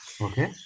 okay